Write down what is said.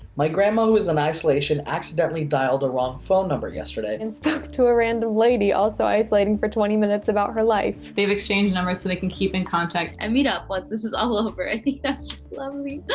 my grandma, who is in isolation, accidentally dialed a wrong phone number yesterday. and spoke to a random lady, also isolating, for twenty minutes about her life. they've exchanged numbers, so they can keep in contact. and meet up once this is all over. i think that's just lovely.